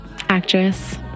actress